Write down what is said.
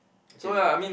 okay ya